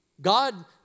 God